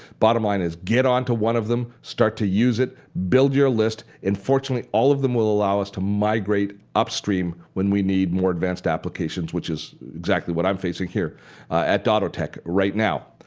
bottom line is get onto one of them, start to use it, build your list, and fortunately all of them will allow us to migrate upstream when we need more advanced applications, which is exactly what i'm facing here at dottotech right now.